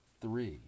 three